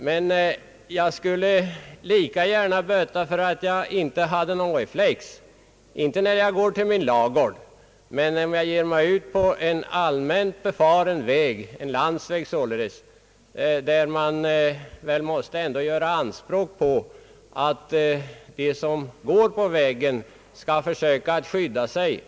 Men jag skulle lika gärna bötat för att jag inte hade någon reflex när jag går — inte till min ladugård, men när jag ger mig ut på en allmän farväg. Man måste göra anspråk på att den som går på vägen skall försöka skydda sig.